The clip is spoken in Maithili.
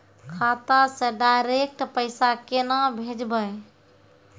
खाता से डायरेक्ट पैसा केना भेजबै?